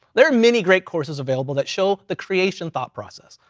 there are many great courses available that show the creation thought process,